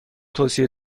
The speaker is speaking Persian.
توصیه